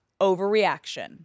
overreaction